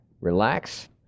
relax